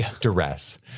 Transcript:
duress